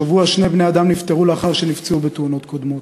השבוע שני בני-אדם נפטרו לאחר שנפצעו בתאונות קודמות: